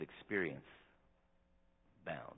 experience-bound